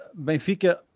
Benfica